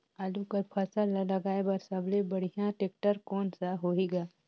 आलू कर फसल ल लगाय बर सबले बढ़िया टेक्टर कोन सा होही ग?